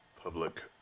Public